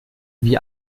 wie